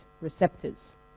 receptors